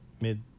mid